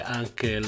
anche